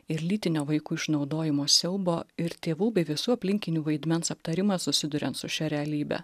ir lytinio vaikų išnaudojimo siaubo ir tėvų bei visų aplinkinių vaidmens aptarimas susiduriant su šia realybe